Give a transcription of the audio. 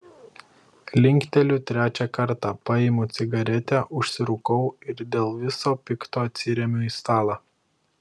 linkteliu trečią kartą paimu cigaretę užsirūkau ir dėl viso pikto atsiremiu į stalą